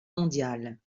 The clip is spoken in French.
mondiale